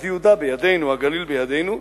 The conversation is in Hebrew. אז יהודה בידינו והגליל בידינו,